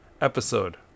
episode